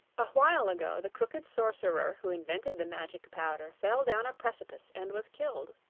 a while ago the crooked sorcerer who invented the magic powder fell down a precipice and was killed.